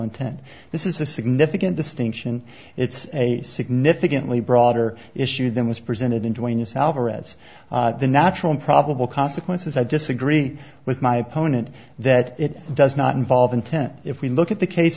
intent this is a significant distinction it's a significantly broader issue than was presented into a new salver as the natural probable consequences i disagree with my opponent that it does not involve intent if we look at the case